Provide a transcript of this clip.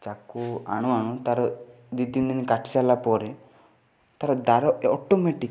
ଚାକୁ ଆଣୁ ଆଣୁ ତାର ଦୁଇ ତିନି ଦିନ କାଟି ସାରିଲା ପରେ ତାର ଧାର ଅଟୋମେଟିକ୍